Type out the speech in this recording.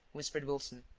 whispered wilson.